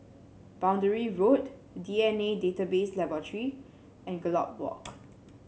Boundary Road D N A Database Laboratory and Gallop Walk